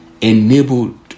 enabled